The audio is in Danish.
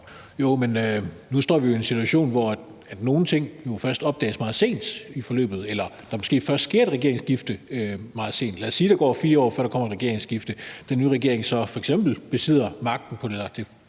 kan vi jo stå i en situation, hvor nogle ting først opdages meget sent i forløbet eller der måske først sker et regeringsskifte meget sent. Lad os sige, at der går 4 år, før der kommer et regeringsskifte, og at det forhenværende